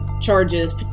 charges